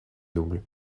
double